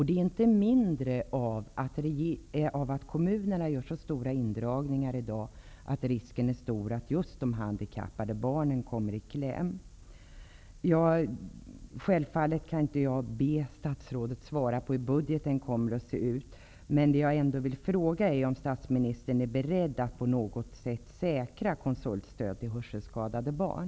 Det blir inte mindre av att kommunerna gör så stora indragningar i dag att risken är stor att just de handikappade barnen kommer i kläm. Självfallet kan jag inte be statsrådet att svara på hur budgeten kommer att se ut. Men det jag vill fråga är om skolministern är beredd att på något sätt säkra konsultstöd till hörselskadade barn.